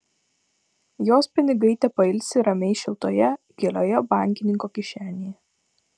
jos pinigai tepailsi ramiai šiltoje gilioje bankininko kišenėje